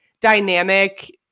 dynamic